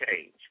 change